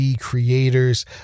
creators